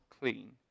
clean